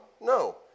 No